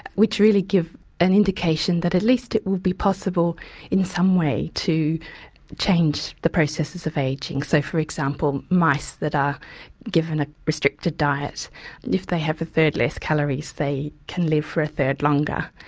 which really give an indication that at least it would be possible in some way to change the processes of ageing. so for example, mice that are given a restricted diet, and if they have a third less calories they can live for a third longer.